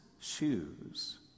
shoes